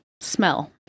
Smell